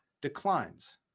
declines